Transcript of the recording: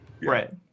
Right